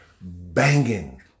banging